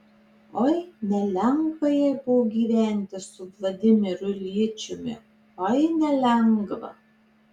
oi nelengva jai buvo gyventi su vladimiru iljičiumi oi nelengva